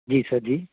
ਜੀ ਸਰ ਜੀ